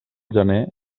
gener